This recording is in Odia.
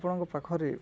ଆପଣଙ୍କ ପାଖରେ